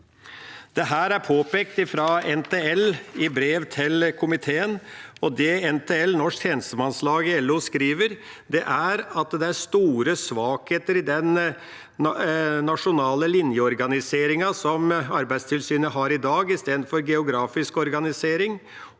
Dette er påpekt fra NTL i brev til komiteen, og det NTL, Norsk Tjenestemannslag i LO, skriver, er at det er store svakheter i den nasjonale linjeorganiseringen som Arbeidstilsynet har i dag istedenfor